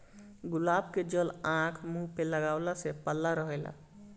गुलाब के जल आँख, मुंह पे लगवला से पल्ला रहेला